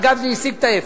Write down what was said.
אגב, זה השיג את ההיפך.